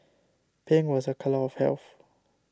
pink was a colour of health